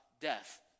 death